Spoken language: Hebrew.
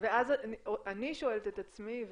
--- ואז אני שואלת את עצמי,